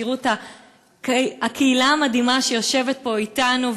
תראו את הקהילה המדהימה שיושבת פה אתנו,